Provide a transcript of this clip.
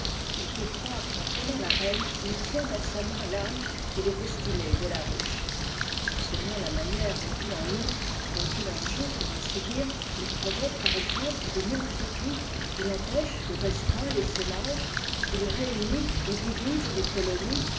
il peut croire qu'en tenant la reine il tient dans sa main tâme et les destinées de la ruche selon la manière dont il en use dont il en joue pour ainsi dire il provoque par exemple et multiplie il empêche ou restreint tessaimage il réunit ou divise les colonies